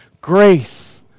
Grace